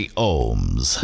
Ohms